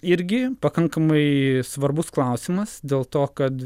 irgi pakankamai svarbus klausimas dėl to kad